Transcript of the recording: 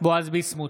בועז ביסמוט,